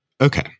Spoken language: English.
Okay